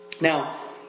Now